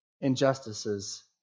injustices